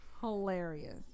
hilarious